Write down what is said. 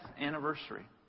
anniversary